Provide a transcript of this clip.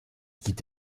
quitte